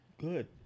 Good